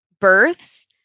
births